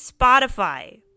Spotify